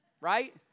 Right